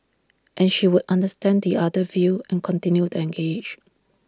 and she would understand the other view and continue to engage